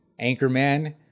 anchorman